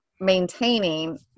maintaining